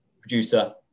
producer